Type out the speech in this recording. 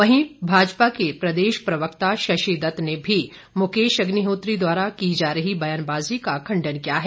वहीं भाजपा के प्रदेश प्रवक्ता शशि दत्त ने भी मुकेश अग्निहोत्री द्वारा की जा रही बयानबाजी का खंडन किया है